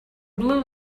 blue